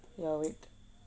ya wait